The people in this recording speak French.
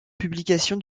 publication